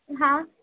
હા